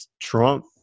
Trump